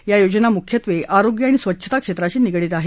या योजना मुख्यत्वे आरोग्य आणि स्वच्छता क्षेत्राशी संबंधित आहेत